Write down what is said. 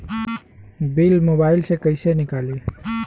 Bill mobile से कईसे निकाली?